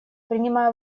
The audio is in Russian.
принимая